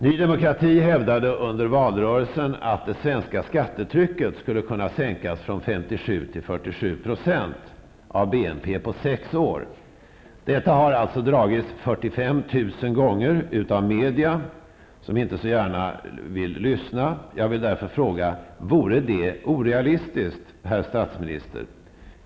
Ny Demokrati hävdade under valrörelsen att det svenska skattetrycket på sex år skulle kunna sänkas från 57 till 47 % av BNP. Detta påstående har dragits 45 000 gånger av media, som inte så gärna vill lyssna. Jag vill därför fråga: Vore det orealistiskt, herr statsminister?